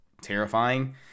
terrifying